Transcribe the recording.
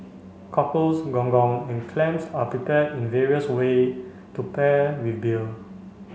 cockles gong gong and clams are prepared in various way to pair with beer